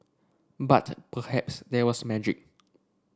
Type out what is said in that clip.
but perhaps there was magic